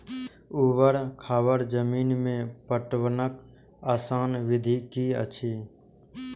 ऊवर खावर जमीन में पटवनक आसान विधि की अछि?